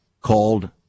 called